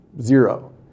Zero